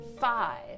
Five